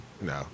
No